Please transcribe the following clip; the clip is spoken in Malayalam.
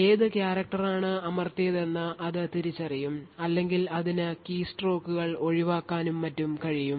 ഏത് character ആണ് അമർത്തിയതെന്ന് അത് തിരിച്ചറിയും അല്ലെങ്കിൽ അതിന് കീസ്ട്രോക്കുകൾ ഒഴിവാക്കാനും മറ്റും കഴിയും